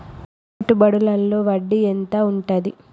పెట్టుబడుల లో వడ్డీ ఎంత ఉంటది?